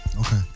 okay